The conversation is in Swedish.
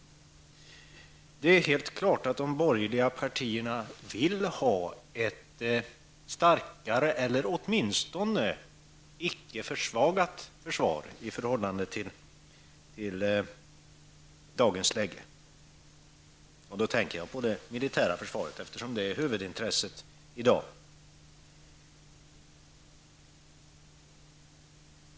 Det är helt klart att de borgerliga partierna vill ha ett starkare eller åtminstone ett icke försvagat försvar i förhållande till dagens läge. Och då tänker jag på det militära försvaret, eftersom det är huvudintresset i dag.